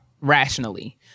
rationally